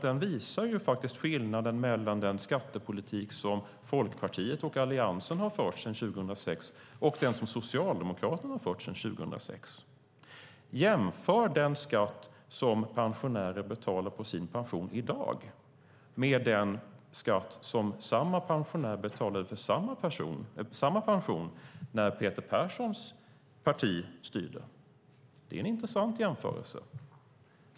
Den visar faktiskt skillnaden mellan den skattepolitik som Folkpartiet och Alliansen har fört sedan 2006 och den som Socialdemokraterna har fört sedan 2006. Jämför den skatt som pensionärer betalar på sin pension i dag med den skatt som samma pensionärer betalade för samma pension när Peter Perssons parti styrde! Det är en intressant jämförelse.